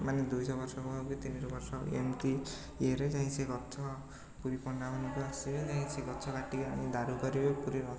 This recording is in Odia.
ମାନେ ଦୁଇଶହ ବର୍ଷ କି ତିନି ଶହ ବର୍ଷ ଏମିତି ଇଏରେ ଯାଇକି ସେ ଗଛ ପୁରୀ ପଣ୍ଡାମାନଙ୍କୁ ଆସିବେ ଯାଇକି ସେ ଗଛ କାଟିକି ଆଣି ଦାରୁ କରିବେ ପୁରୀ